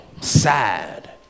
sad